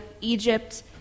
Egypt